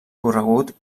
corregut